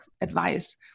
advice